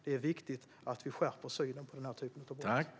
Det är viktigt att vi skärper synen på den här typen av brott.